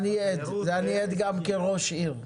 אני עד לזה גם כראש עיר.